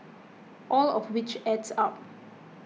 all of which adds up